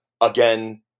again